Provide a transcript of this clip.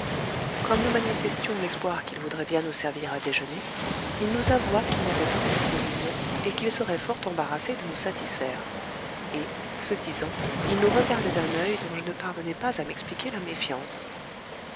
comme nous manifestions l'espoir qu'il voudrait bien nous servir à déjeuner il nous avoua qu'il n'avait aucune provision et qu'il serait fort embarrassé de nous satisfaire et ce disant il nous regardait d'un œil dont je ne parvenais pas à m'expliquer la méfiance